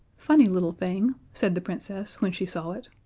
funny little thing, said the princess, when she saw it.